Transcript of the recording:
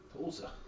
Tulsa